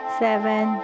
seven